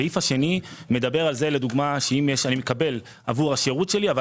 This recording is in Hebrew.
הסעיף השני מדבר על כך שלדוגמה אני מקבל עבור השירות שלי אבל